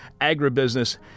Agribusiness